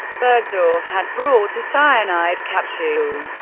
burgdorf had brought a cyanide capsule.